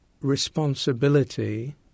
responsibility